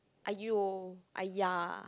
!aiyo! !aiya!